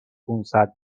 پونصد